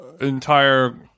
entire